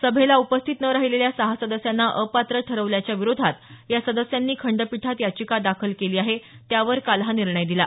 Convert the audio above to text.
सभेला उपस्थित न राहिलेल्या सहा सदस्यांना अपात्र ठरवल्याच्या विरोधात या सदस्यांनी खंडपीठात याचिका दाखल केली आहे त्यावर काल हा निर्णय दिला